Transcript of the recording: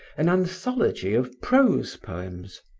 an anthology of prose poems,